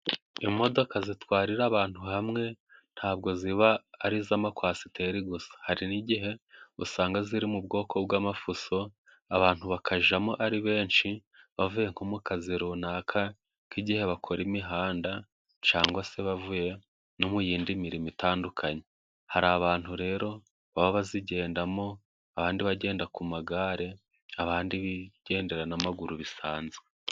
Imodoka zitwarira abantu hamwe， ntabwo ziba ari iz'amakwasiteri gusa. Hari n'igihe usanga ziri mu bwoko bw'amafuso， abantu bakajyamo ari benshi bavuye nko mu kazi runaka， nk'igihe bakora imihanda， cyangwa se bavuye no mu yindi mirimo itandukanye，hari abantu rero baba bazigendamo， abandi bagenda ku magare， abandi bigendera n'amaguru bisanzwe.